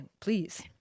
please